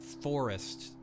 forest